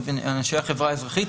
אנשי החברה האזרחית.